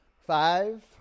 Five